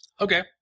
Okay